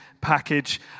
package